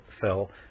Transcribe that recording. fell